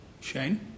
Shane